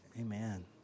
Amen